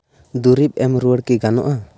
ᱫᱩᱨᱤᱵᱽ ᱮᱢ ᱨᱩᱭᱟᱹᱲ ᱠᱤ ᱜᱟᱱᱚᱜᱼᱟ